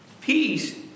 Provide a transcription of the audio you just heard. Peace